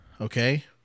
okay